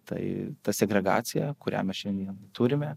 tai ta segregacija kurią mes šiandien turime